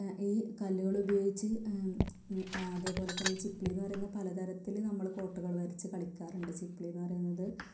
ഈ കല്ലുകളുപയോഗിച്ച് അതേപോലെത്തന്നെ ഈ ചിപ്ലിയെന്ന് പറയുന്ന പലതരത്തിൽ നമ്മൾ കോട്ടകൾ വരച്ച് കളിക്കാറുണ്ട് ചിപ്ലി എന്ന് പറയുന്നത്